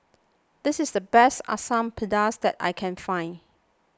this is the best Asam Pedas that I can find